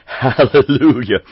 Hallelujah